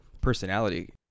personality